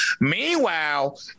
Meanwhile